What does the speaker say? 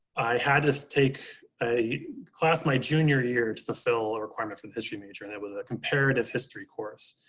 i had to take a class my junior year to fulfill a requirement for the history major. and it was a comparative history course.